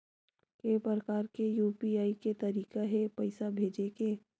के प्रकार के यू.पी.आई के तरीका हे पईसा भेजे के?